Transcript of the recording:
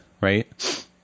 right